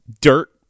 dirt